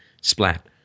splat